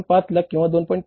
5 लाख किंवा 2